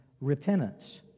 repentance